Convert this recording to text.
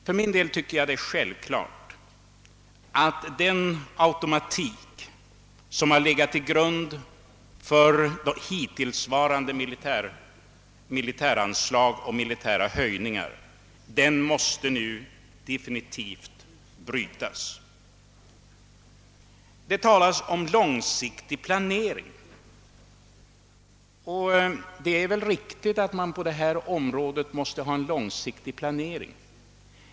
För min del tycker jag det är själv klart att den automatik, som har legat till grund för hittillsvarande militäranslag och höjningar av dessa, nu måste definitivt brytas. Det talas om långsiktig planering, och det är väl riktigt att man på detta område måste ha en långsiktig planering.